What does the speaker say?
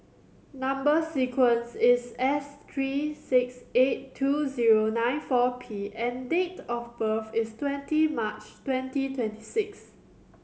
number sequence is S three six eight two zero nine four P and date of birth is twenty March twenty twenty six